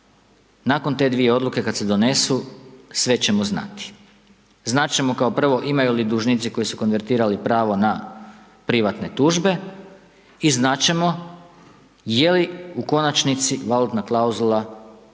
nakon te 2 odluke kada se donesu, sve ćemo znati. Znati ćemo kao prvo, imaju li dužnici, koji su konvertirali pravo na privatne tužbe i znati ćemo je li u konačnici valutna klauzula